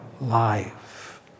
life